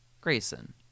Grayson